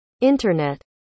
Internet